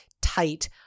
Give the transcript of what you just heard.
tight